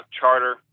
charter